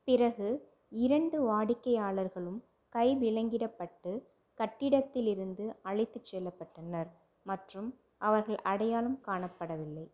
பிறகு இரண்டு வாடிக்கையாளர்களும் கைவிலங்கிடப்பட்டு கட்டிடத்திலிருந்து அழைத்து செல்லப்பட்டனர் மற்றும் அவர்கள் அடையாளம் காணப்படவில்லை